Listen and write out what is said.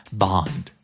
bond